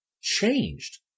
changed